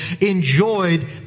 enjoyed